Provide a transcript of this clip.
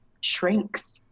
shrinks